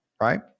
right